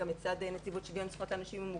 אלא גם מצד נציבות שוויון זכויות לאנשים עם מוגבלות,